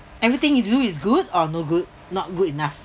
everything you do is good or no good not good enough